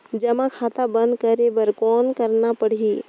जमा खाता बंद करे बर कौन करना पड़ही?